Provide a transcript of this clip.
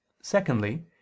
secondly